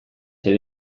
zer